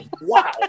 wow